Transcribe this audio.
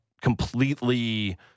completely